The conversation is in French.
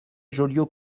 joliot